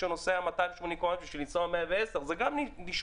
שנוסע 280 קמ"ש בשביל לנסוע ב-110 קמ"ש.